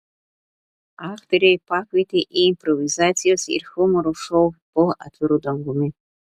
aktoriai pakvietė į improvizacijos ir humoro šou po atviru dangumi